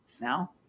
Now